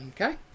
Okay